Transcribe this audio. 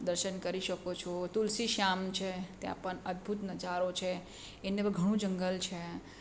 દર્શન કરી શકો છો તુલસી શ્યામ છે ત્યાં પણ અદ્ભુત નજારો છે એને ઘણું જંગલ છે